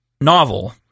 novel